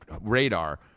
radar